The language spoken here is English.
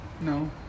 No